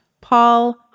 Paul